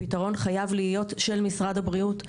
הפתרון חייב להיות של משרד הבריאות.